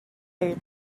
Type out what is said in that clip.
and